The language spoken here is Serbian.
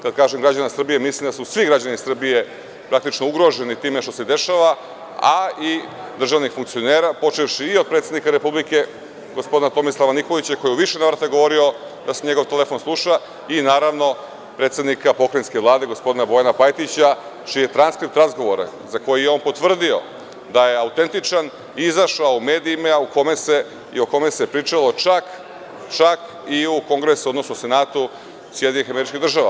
Kada kažem građana Srbije, mislim da su svi građani Srbije praktično ugroženi time što se dešava, a i državni funkcioneri, počevši i od predsednika Republike gospodina Tomislava Nikolića, koji je u više navrata govorio da se njegov telefon sluša, i naravno predsednika Pokrajinske vlade gospodina Bojana Pajtića, čiji je transkript razgovora, za koji je on potvrdio da je autentičan, izašao u medijima, o kome se pričalo čak i u kongresu, odnosno senatu SAD.